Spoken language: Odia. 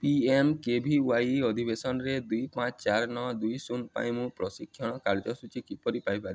P M K V Y ଅଧିବେଶନରେ ଦୁଇ ପାଞ୍ଚ ଚାରି ନଅ ଦୁଇ ଶୂନ ପାଇଁ ମୁଁ ପ୍ରଶିକ୍ଷଣ କାର୍ଯ୍ୟସୂଚୀ କିପରି ପାଇପାରିବି